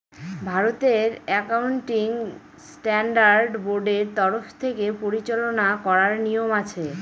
ভারতের accounting standard বোর্ডের তরফ থেকে পরিচালনা করার নিয়ম আছে